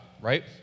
right